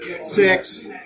Six